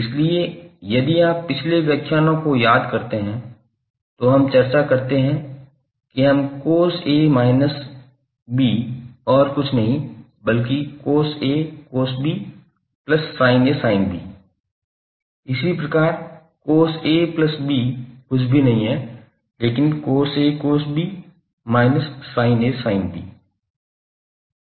इसलिए यदि आप पिछले व्याख्यानों को याद करते हैं तो हम चर्चा करते हैं कि हम cos A minus B और कुछ नहीं बल्कि cos A cos B plus sin A sin B इसी प्रकार cos A plus B कुछ भी नहीं है लेकिन cos A cos B minus sin A sin B